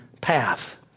path